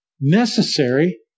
necessary